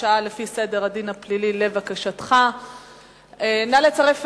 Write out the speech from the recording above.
השעה לפי חוק סדר הדין הפלילי (תיקון מס'